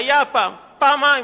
היה פעם-פעמיים: